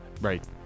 Right